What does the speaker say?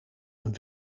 een